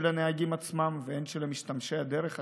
הנהגים עצמם והן של משתמשי הדרך השונים.